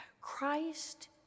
Christ